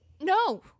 no